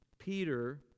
Peter